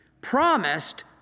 promised